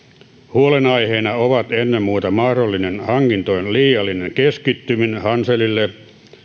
huolenaiheina ovat ennen muuta mahdollinen hankintojen liiallinen keskittyminen hanselille